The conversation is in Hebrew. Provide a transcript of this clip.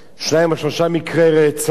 שניים או שלושה מקרי רצח.